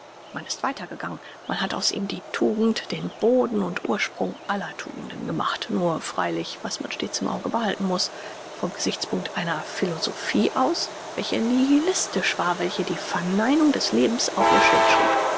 man ist weiter gegangen man hat aus ihm die tugend den boden und ursprung aller tugenden gemacht nur freilich was man stets im auge behalten muß vom gesichtspunkt einer philosophie aus welche nihilistisch war welche die verneinung des lebens auf ihr schild schrieb